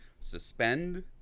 suspend